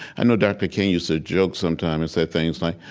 i know dr. king used to joke sometimes and say things like,